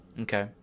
Okay